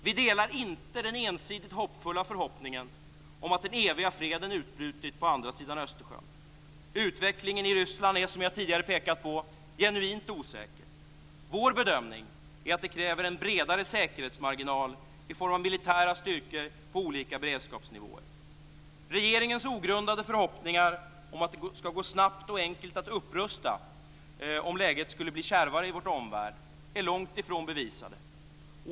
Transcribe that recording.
Vi delar inte den ensidigt hoppfulla förhoppningen om att den eviga freden utbrutit på andra sidan Östersjön. Utvecklingen i Ryssland är, som jag tidigare pekat på, genuint osäker. Vår bedömning är att det kräver en bredare säkerhetsmarginal i form av militära styrkor på olika beredskapsnivåer. Regeringens ogrundade förhoppningar om att det ska gå snabbt och enkelt att upprusta om läget skulle bli kärvare i vår omvärld är långt ifrån bevisade.